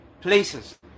places